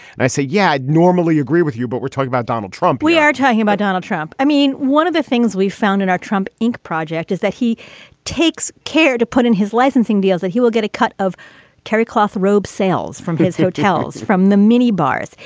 and i say, yeah, i normally agree with you, but we're talking about donald trump we are talking about donald trump. i mean, one of the things we found in our trump ink project is that he takes care to put in his licensing deals, that he will get a cut of terrycloth robe sales from his hotels, from the minibars.